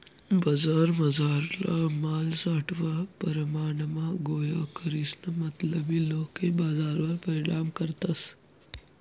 बजारमझारला माल सावठा परमाणमा गोया करीसन मतलबी लोके बजारवर परिणाम करतस